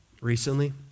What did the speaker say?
Recently